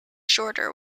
shorter